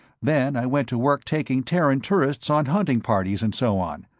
then i went to work taking terran tourists on hunting parties and so on,